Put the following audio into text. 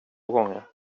gånger